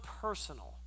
personal